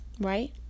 Right